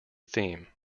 theme